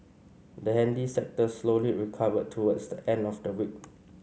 the handy sector slowly recovered towards the end of the week